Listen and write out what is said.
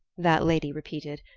that lady repeated,